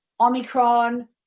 Omicron